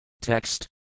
Text